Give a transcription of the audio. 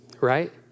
right